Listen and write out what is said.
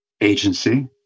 Agency